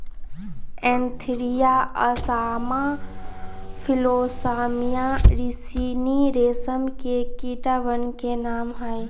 Antheraea असामा फिलोसामिया रिसिनी रेशम के कीटवन के नाम हई